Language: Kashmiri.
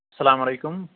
اسَلام علیکُم